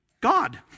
God